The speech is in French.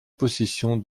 possession